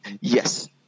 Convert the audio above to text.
Yes